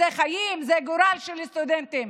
זה חיים וזה גורל של סטודנטים,